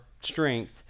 strength